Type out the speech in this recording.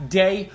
day